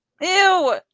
Ew